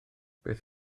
beth